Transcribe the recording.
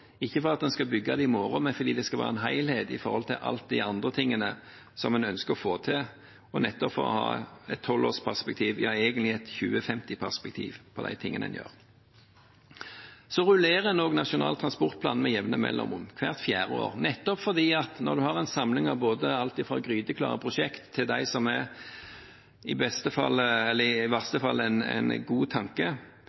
ikke fordi man skal bygge det i morgen, men fordi det skal være en helhet med tanke på alt det andre som man ønsker å få til, og nettopp for å ha et 12-årsperspektiv – ja, egentlig et 2050-perspektiv – på det man gjør. Så rullerer man også Nasjonal transportplan med jevne mellomrom, hvert fjerde år, nettopp for at man – når man har en samling av alt fra gryteklare prosjekter til de som i beste eller verste fall